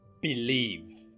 believe